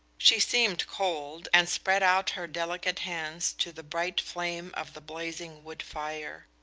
she seemed cold, and spread out her delicate hands to the bright flame of the blazing wood-fire.